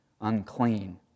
unclean